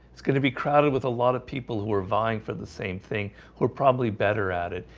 it's going to be crowded with a lot of people who are vying for the same thing we're probably better at it.